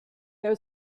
there